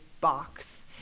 box